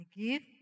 give